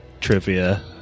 trivia